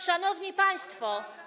Szanowni Państwo!